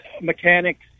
mechanics